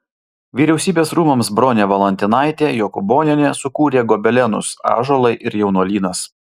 vyriausybės rūmams bronė valantinaitė jokūbonienė sukūrė gobelenus ąžuolai ir jaunuolynas